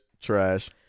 trash